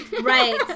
Right